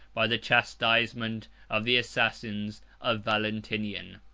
by the chastisement of the assassins of valentinian.